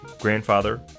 grandfather